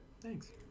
thanks